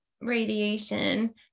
radiation